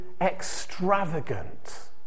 extravagant